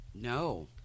No